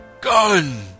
gun